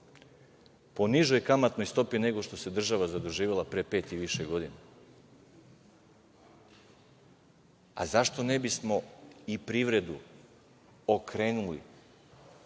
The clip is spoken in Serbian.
po nižoj kamatnoj stopi nego što se država zaduživala pre pet i više godina. Zašto ne bismo i privredu okrenuli